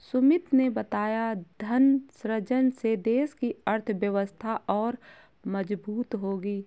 सुमित ने बताया धन सृजन से देश की अर्थव्यवस्था और मजबूत होगी